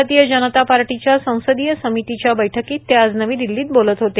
भारतीय जनता पक्षाच्या संसदीय समितीच्या बैठकीत ते आज नवी दिल्लीत बोलत होते